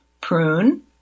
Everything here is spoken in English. prune